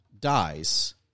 dies